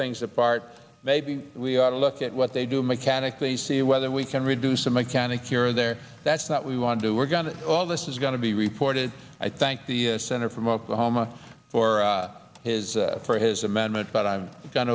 things apart maybe we ought to look at what they do mechanically see whether we can reduce the mechanic you're there that's that we want to do we're going to all this is going to be reported i thank the senator from oklahoma for his for his amendment but i'm